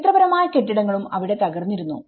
ചരിത്രപരമായ കെട്ടിടങ്ങളും അവിടെ തകർന്നിരുന്നു